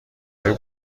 های